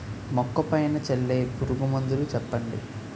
మొక్క పైన చల్లే పురుగు మందులు చెప్పండి?